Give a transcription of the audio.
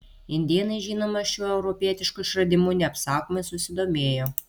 indėnai žinoma šiuo europietišku išradimu neapsakomai susidomėjo